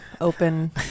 open